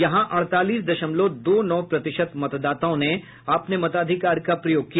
यहां अड़तालीस दशमलव दो नौ प्रतिशत मतदाताओं ने अपने मताधिकार का प्रयोग किया